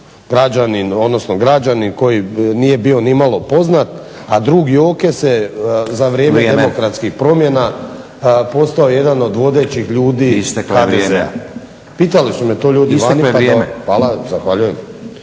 odnosno građanin koji nije bio nimalo poznat, a drug Joke se za vrijeme demokratskih promjena postao jedan od vodećih ljudi HDZ-a. **Stazić, Nenad (SDP)** Isteklo vam je vrijeme.